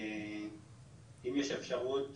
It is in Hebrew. אם יש אפשרות